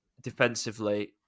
defensively